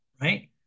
right